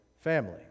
family